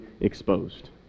exposed